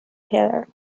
pillar